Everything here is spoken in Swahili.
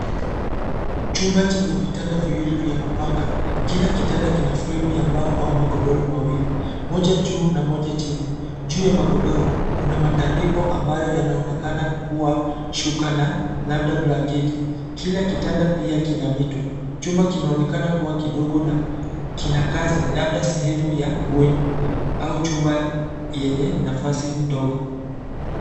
Chumba chenye vitanda viwili vya kupanga. Kila kitanda kina fremu ya mbao au magodoro mawili, moja juu na moja chini. Juu ya magodoro, kuna matandiko ambayo yanaonekana kuwa, shuka na labda blanketi. Kila kitanda pia kina mito. Chumba kinaoneka kuwa kidogo na, kina kazi labda sehemu ya bweni, au chumba, yenye nafasi ndogo.